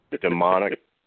demonic